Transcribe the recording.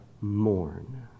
mourn